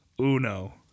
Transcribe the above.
uno